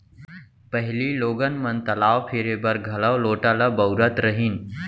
पहिली लोगन मन तलाव फिरे बर घलौ लोटा ल बउरत रहिन